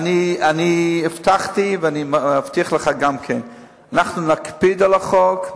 הבטחתי ואני מבטיח גם לך שאנחנו נקפיד על החוק,